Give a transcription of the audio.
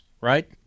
right